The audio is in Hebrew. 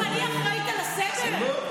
אבל היא אחראית לסדר?